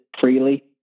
freely